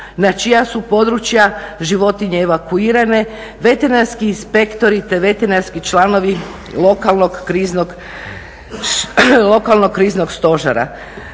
na čija su područja životinje evakuirane, veterinarski inspektori te veterinarski članovi lokalnog kriznog stožera.